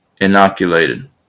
inoculated